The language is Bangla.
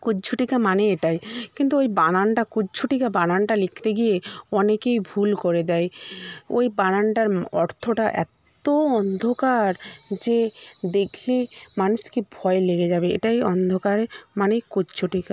কুজ্ঝটিকা মানে এটাই কিন্তু ওই বানানটা কুজ্ঝটিকা বানানটা লিখতে গিয়ে অনেকেই ভুল করে দেয় ওই বানানটার অর্থটা এতো অন্ধকার যে দেখে মানুষকে ভয় লেগে যাবে এটাই অন্ধকারে মানে কুজ্ঝটিকা